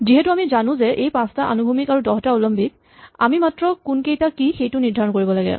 যিহেতু আমি জানো যে এই পাঁচটা অনুভূমিক আৰু দহটা উলম্বিক আমি মাত্ৰ কোনকেইটা কি সেইটো নিৰ্ধাৰণ কৰিব লাগে